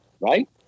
Right